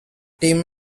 tim